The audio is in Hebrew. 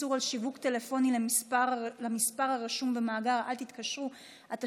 איסור על שיווק טלפוני למספר הרשום במאגר "אל תתקשרו אליי"),